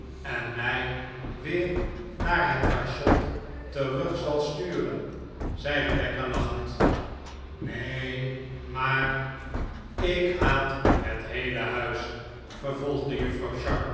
en mij weer naar het cachot terug zal sturen zei rebecca lachend nee maar ik haat het heele huis vervolgde juffrouw